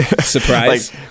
surprise